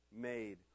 made